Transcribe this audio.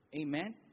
Amen